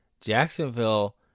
Jacksonville